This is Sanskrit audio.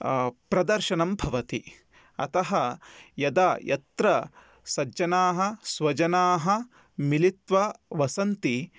प्रदर्शनं भवति अतः यदा यत्र सज्जनाः स्वजनाः मिलित्वा वसन्ति